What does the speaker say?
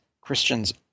Christians